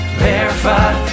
verified